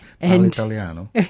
Italiano